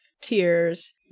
tears